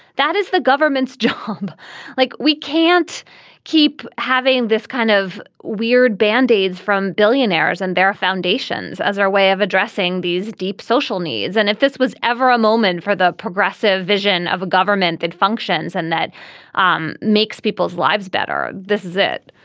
that is the government's job like we can't keep having this kind of weird band-aids from billionaires and their foundations as our way of addressing these deep social needs. and if this was ever a moment for the progressive vision of a government that functions and that um makes people's lives better. this is it